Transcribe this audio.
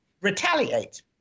retaliate